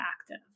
active